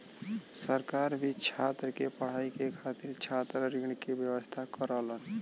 सरकार भी छात्र के पढ़ाई के खातिर छात्र ऋण के व्यवस्था करलन